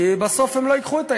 כי בסוף הם לא ייקחו את הילדים.